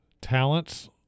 talents